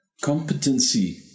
competency